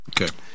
Okay